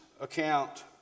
account